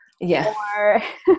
Yes